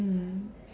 mm